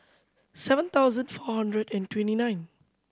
seven thousand four hundred and twenty nine